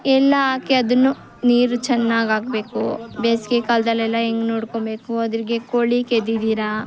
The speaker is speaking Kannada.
ಎಲ್ಲ ಹಾಕಿ ಅದನ್ನು ನೀರು ಚೆನ್ನಾಗಾಕ್ಬೇಕು ಬೇಸಿಗೆ ಕಾಲದಲ್ಲೆಲ್ಲ ಹೆಂಗೆ ನೋಡ್ಕೊಳ್ಬೇಕು ಅದ್ರಾಗೆ ಕೋಳಿ ಕೆದಿರ್ದಿರಾ